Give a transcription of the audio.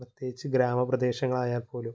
പ്രത്യേകിച്ച് ഗ്രാമ പ്രദേശങ്ങളായാല്പ്പോലും